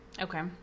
okay